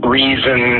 reason